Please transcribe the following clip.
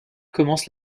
commence